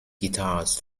guitars